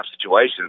situation